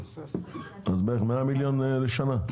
כ-100 מיליון לשנה.